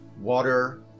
water